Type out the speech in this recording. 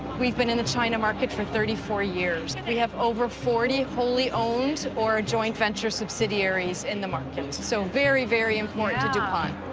we've been in the china market for thirty four years. we have over forty wholly owned or joint-venture subsidiaries in the market. so very, very important to dupont.